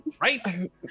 Right